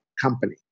company